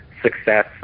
success